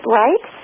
right